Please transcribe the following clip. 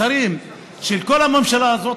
השרים של כל הממשלה הזאת,